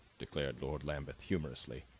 declared lord lambeth humorously.